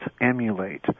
emulate